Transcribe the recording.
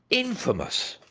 infamous!